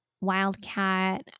Wildcat